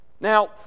Now